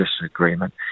disagreement